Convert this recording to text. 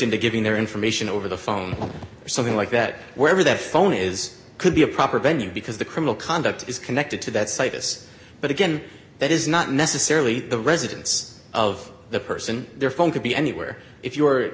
into giving their information over the phone or something like that wherever that phone is could be a proper venue because the criminal conduct is connected to that site this but again that is not necessarily the residence of the person their phone could be anywhere if you